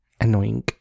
annoying